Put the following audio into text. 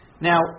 Now